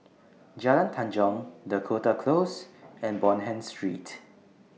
Jalan Tanjong Dakota Close and Bonham Street